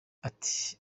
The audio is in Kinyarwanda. ati